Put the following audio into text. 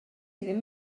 ddim